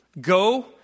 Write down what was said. Go